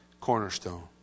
cornerstone